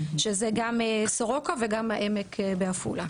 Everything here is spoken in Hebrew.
שזה גם סורוקה וגם העמק בעפולה.